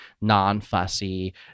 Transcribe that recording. non-fussy